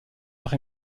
arts